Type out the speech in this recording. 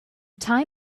time